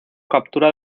captura